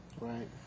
Right